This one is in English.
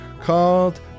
called